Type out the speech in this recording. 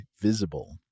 Visible